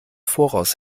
voraus